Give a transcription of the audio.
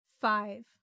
Five